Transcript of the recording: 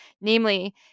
Namely